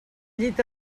llit